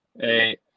Hey